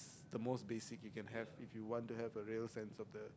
is the most basic you can have if you want to have the real sense of the